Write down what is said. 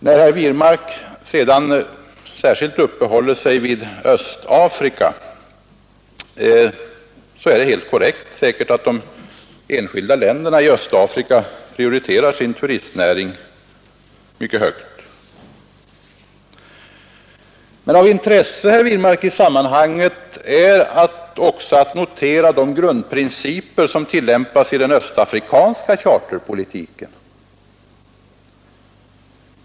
När herr Wirmark sedan särskilt uppehåller sig vid Östafrika är det säkert helt korrekt att de enskilda länderna i Östafrika prioriterar sin turistnäring mycket högt. Men av intresse i sammanhanget är också, herr Wirmark, att notera de grundprinciper som tillämpas i den östafrikanska charterpolitiken.